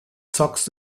zockst